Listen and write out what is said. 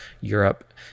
Europe